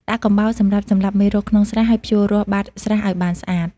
ដាក់កំបោរសម្រាប់សម្លាប់មេរោគក្នុងស្រះ ហើយភ្ជួររាស់បាតស្រះឲ្យបានល្អ។